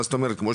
מה זאת אומרת?